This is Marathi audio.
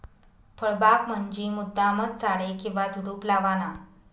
फळबाग म्हंजी मुद्दामचं झाडे किंवा झुडुप लावाना